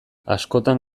askotan